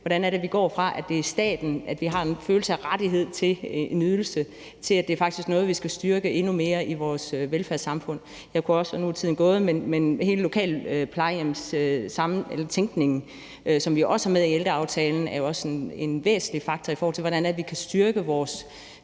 hvordan vi går fra, at det er staten, altså at vi har en følelse af ret til en ydelse, til, at det faktisk er noget, vi skal styrke endnu mere i vores velfærdssamfund. Nu er min taletid gået, men jeg kunne også nævne hele lokalplejehjemstænkningen, som vi har med i ældreaftalen, og som jo også er en væsentlig faktor, i forhold til hvordan vi kan styrke vores